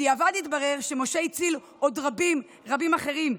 בדיעבד התברר שמשה הציל עוד רבים אחרים,